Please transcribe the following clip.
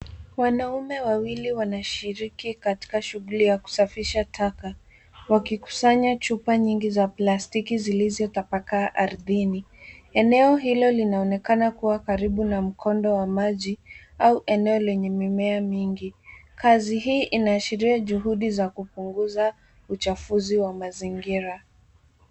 Wanaume wawili wanashiriki katika shughuli ya kusafisha taka. Wakikusanya chupa nyingi za plastiki zilizotapakaa ardhini. Eneo hilo linaonekana kuwa karibu na mkondo wa maji, au eneo lenye mimea mingi. Kazi hii inaashiria juhudi za kupunguza uchafuzi wa mazingira.